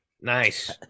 Nice